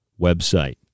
website